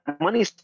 money